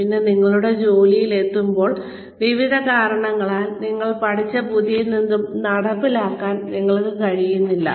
പിന്നെ നിങ്ങളുടെ ജോലിയിൽ എത്തുമ്പോൾ വിവിധ കാരണങ്ങളാൽ നിങ്ങൾ പഠിച്ച പുതിയതെന്തും നടപ്പിലാക്കാൻ നിങ്ങൾക്ക് കഴിയുന്നില്ല